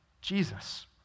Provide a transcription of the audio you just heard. Jesus